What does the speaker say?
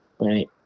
right